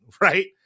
Right